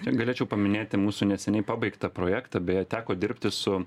galėčiau paminėti mūsų neseniai pabaigtą projektą beje teko dirbti su